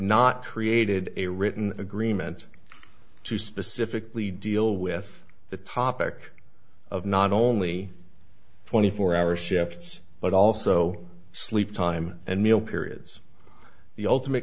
not created a written agreement to specifically deal with the topic of not only twenty four hour shifts but also sleep time and meal periods the ultimate